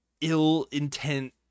ill-intent